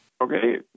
Okay